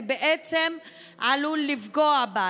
ובעצם עלול לפגוע בה,